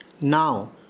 Now